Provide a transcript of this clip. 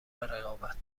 رقابت